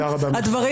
אדוני,